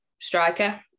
striker